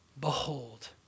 behold